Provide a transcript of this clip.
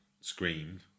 screamed